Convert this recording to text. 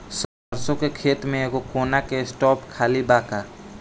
सरसों के खेत में एगो कोना के स्पॉट खाली बा का?